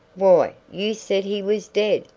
why, you said he was dead,